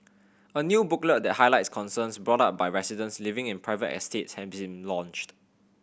a new booklet that highlights concerns brought up by residents living in private estate has been launched